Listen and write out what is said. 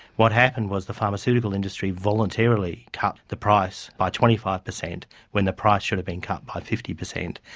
what happened was the pharmaceutical industry voluntarily cut the price by twenty five percent when the price should have been cut by fifty percent.